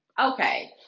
okay